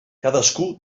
cadascú